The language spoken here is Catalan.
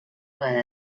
vegada